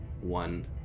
one